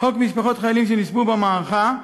חוק משפחות חיילים שנספו במערכה,